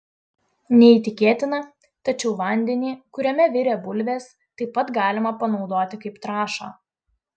neįtikėtina tačiau vandenį kuriame virė bulvės taip pat galima panaudoti kaip trąšą